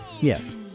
Yes